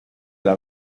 las